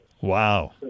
Wow